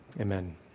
Amen